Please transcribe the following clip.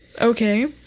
okay